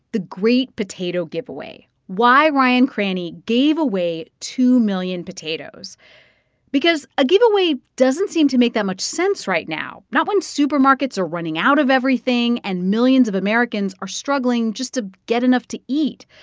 the great potato giveaway why ryan cranney gave away two million potatoes because a giveaway doesn't seem to make that much sense right now not when supermarkets are running out of everything, and millions of americans are struggling just to get enough to eat.